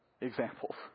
examples